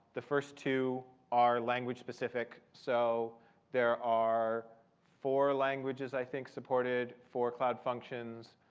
the first two are language-specific. so there are four languages, i think, supported for cloud functions.